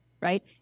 right